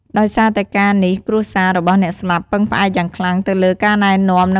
ដោយសារតែការនេះ គ្រួសាររបស់អ្នកស្លាប់ពឹងផ្អែកយ៉ាងខ្លាំងទៅលើការណែនាំនិងបច្ចេកទេសបុរាណរបស់ពួកគេ។